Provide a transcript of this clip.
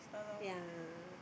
ya